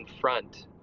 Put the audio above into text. front